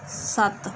ਸੱਤ